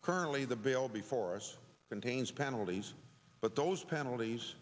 currently the bail before us contains penalties but those penalties